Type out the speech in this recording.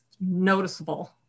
noticeable